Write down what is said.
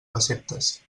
receptes